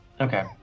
Okay